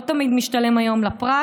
כיום לא תמיד משתלם לפרט,